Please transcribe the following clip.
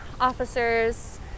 officers